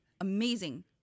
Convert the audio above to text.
amazing